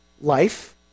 life